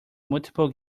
multiple